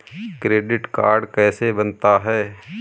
Credit card कैसे बनता है?